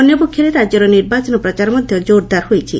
ଅନ୍ୟପକ୍ଷରେ ରାଜ୍ୟର ନିର୍ବାଚନ ପ୍ରଚାର ମଧ୍ୟ ଜୋରଦାର ହୋଇଛି